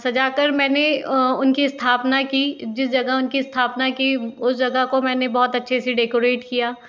सजाकर मैंने उनकी स्थापना की जिस जगह उनकी स्थापना की उस जगह को मैंने बहुत अच्छे से डेकोरेट किया